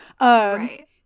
Right